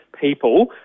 people